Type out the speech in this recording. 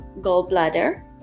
gallbladder